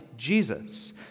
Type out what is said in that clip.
Jesus